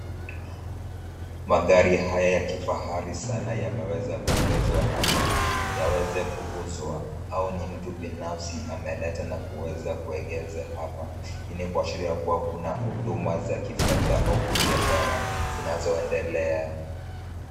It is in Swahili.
Magari haya ya kifahari sana yameweza kuegezwa hapa. Yaweze kuuzwa au ni mtu binafsi amealeta na kuweza kuegeze hapa. Ini kwa sheria kuwa kuna huduma za kifedha au kibiashara zinazoendelea.